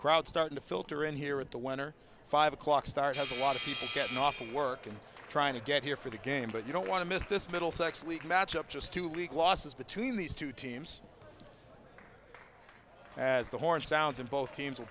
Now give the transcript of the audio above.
crowd starting to filter in here at the one or five o'clock start has a lot of people getting off of work and trying to get here for the game but you don't want to miss this middlesex league match up just to league losses between these two teams as the horn sounds and both teams will